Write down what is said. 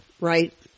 right